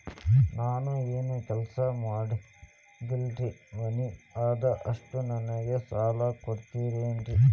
ನಾನು ಏನು ಕೆಲಸ ಮಾಡಂಗಿಲ್ರಿ ಮನಿ ಅದ ಅಷ್ಟ ನನಗೆ ಸಾಲ ಕೊಡ್ತಿರೇನ್ರಿ?